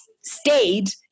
stayed